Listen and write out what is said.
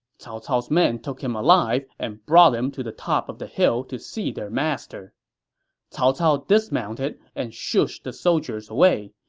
cao cao's men took him alive and brought him to the top of the hill to see their master cao cao dismounted and shooshed the soldiers away.